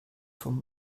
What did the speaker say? von